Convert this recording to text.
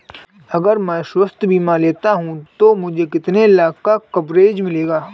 अगर मैं स्वास्थ्य बीमा लेता हूं तो मुझे कितने लाख का कवरेज मिलेगा?